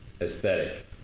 aesthetic